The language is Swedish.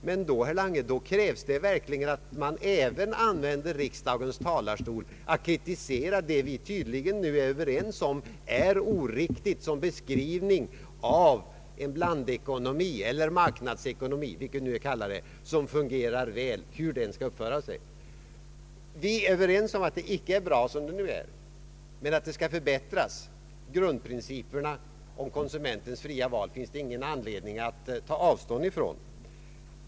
Men då, herr Lange, krävs det verkligen att man även använder riksdagens talarstol för att kritisera det som vi tydligen nu är överens om är oriktigt såsom beskrivning av hur en blandekonomi eller marknadsekonomi — vad man nu vill kalla det — som fungerar väl skall uppföra sig. Vi är överens om att det inte är bra såsom det nu är och att det skall förbättras. Grundprincipen om konsumentens fria val finns det ingen anledning att ta avstånd ifrån.